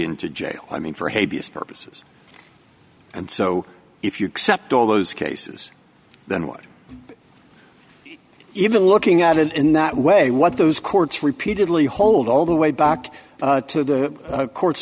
into jail i mean for haiti is purposes and so if you accept all those cases then what even looking at it in that way what those courts repeatedly hold all the way back to the court's